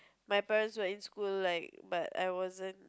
my parents were in school like but I wasn't